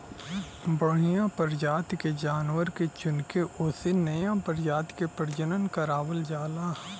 बढ़िया परजाति के जानवर के चुनके ओसे नया परजाति क प्रजनन करवावल जाला